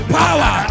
power